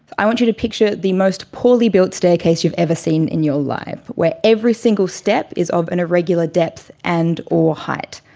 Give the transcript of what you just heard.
i want you to picture the most poorly built staircase you've ever seen in your life, where every single step is of an irregular depth and or height.